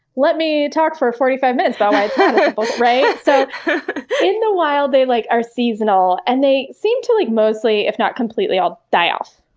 let me talk for forty five minutes. um like so in the wild, they like are seasonal. and they seem to like mostly, if not completely, all die off